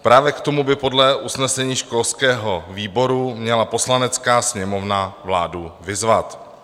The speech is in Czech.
Právě k tomu by podle usnesení školského výboru měla Poslanecká sněmovna vládu vyzvat.